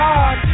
God